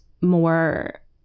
more